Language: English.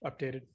updated